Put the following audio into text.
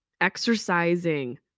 exercising